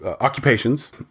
occupations